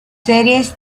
series